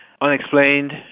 unexplained